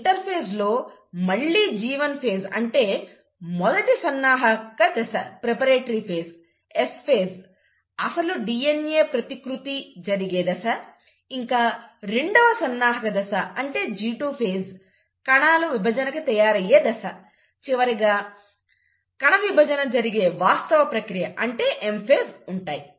ఈ ఇంటర్ఫేజ్లో మళ్లీ G1 phase అంటే మొదటి సన్నాహక దశ S phase అసలు DNA ప్రతికృతిరెప్లికేషన్ జరిగే దశ ఇంకా రెండవ సన్నాహక దశ అంటే G2 phase కణాలు విభజనకి తయారయ్యే దశ చివరిగా కణవిభజన జరిగే వాస్తవ ప్రక్రియ అంటే M phase ఉంటాయి